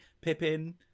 Pippin